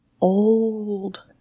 old